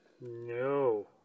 No